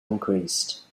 increased